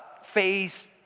phase